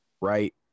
Right